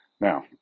Now